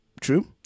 True